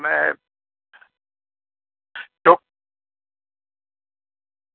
મેં ચોક